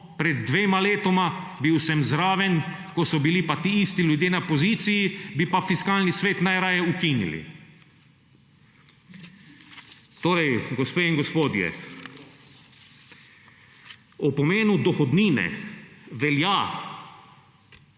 pred dvema letoma, bil sem zraven, ko so bili pa ti isti ljudje na poziciji, bi pa Fiskalni svet najraje ukinili. Torej, gospe in gospodje. O pomenu dohodnine velja